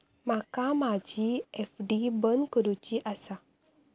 माका माझी एफ.डी बंद करुची आसा